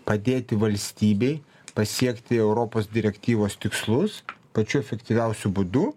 padėti valstybei pasiekti europos direktyvos tikslus pačiu efektyviausiu būdu